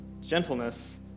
gentleness